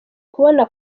kubona